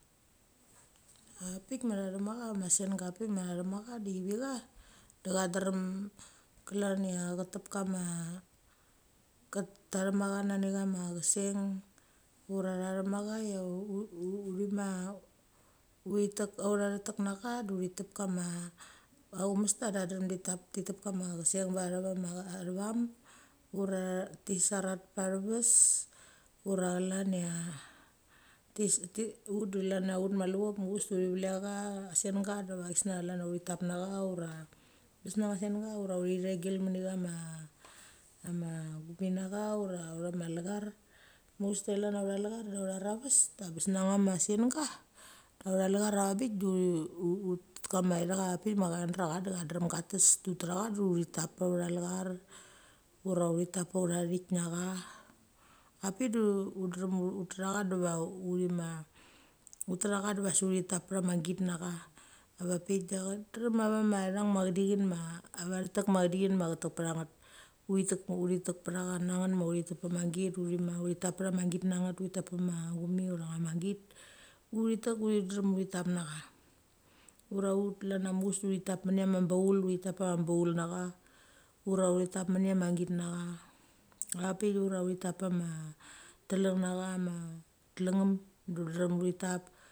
A vak pik ma tha thek macha ma senga apik ma cha thek macha di chevik cha de cha drem khan chia che tep kama ta thek ma cha nani chama cheseng ura cha chemeng uthi ma uthi tek autha thek tek necha da uthi tep kama a umesta da tha drem thi tap thi tep kama cheseng ve the va vam, ura ti seret pa the ves ura chlan chia ut da chlan cha ut ma levop muchaves ale uthi velek cha a senga diva chesngia chlan cha uthi tap necha ura senga ura uthi regel meni chama ura utha ma lechar. Muchaves da chlan cha autha lechar atha raves a ngbes na cha ma sengi da autha lechar a veng bik du thi ut tet kama i thang a veng a vak pik ma cha da cha drem ka tes du ut techa du uthi tap pecha autha lechar ura uthi tap pe autha thit na cha. A pik du drem ut tacha diva uthi ma ut ta cha diva sik uthi tap pecha mangit necha. A vak pik da cha drem a va ma chedichenma chetek ma chedichen ma chetek pecha nget uthi tek uthi tek pecha ma git de uthi tek uthi drem uthi tap necha ura ut klan a muchaves uthi tap men i a ma baul uthi tap pama baul necha ura uthi tap meni ama git necha. A pik de uthi tap pechama teleng necha. A telnem, de ut drem uthi tap.